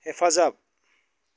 हेफाजाब